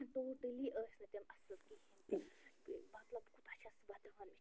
totally ٲسۍ نہٕ تِم اَصٕل کِہیٖنۍ تہِ مطلب بہٕ کوٗتاہ چھَس وَدان مےٚ چھِ